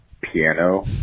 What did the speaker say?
piano